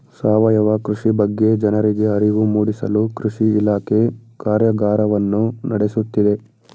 ಸಾವಯವ ಕೃಷಿ ಬಗ್ಗೆ ಜನರಿಗೆ ಅರಿವು ಮೂಡಿಸಲು ಕೃಷಿ ಇಲಾಖೆ ಕಾರ್ಯಗಾರವನ್ನು ನಡೆಸುತ್ತಿದೆ